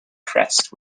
crest